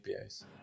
APIs